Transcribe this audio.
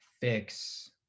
fix